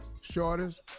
Shortest